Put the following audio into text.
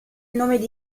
nome